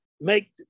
make